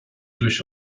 durch